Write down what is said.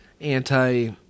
anti